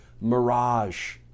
mirage